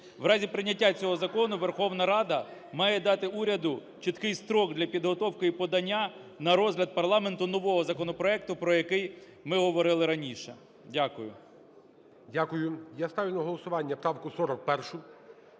В разі прийняття цього закону Верховна Рада має дати уряду чіткий строк для підготовки і подання на розгляд парламенту нового законопроекту, про який ми говорили раніше. Дякую.